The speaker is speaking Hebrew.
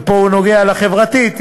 ופה הוא נוגע בחברתית.